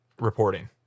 reporting